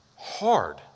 Hard